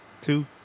two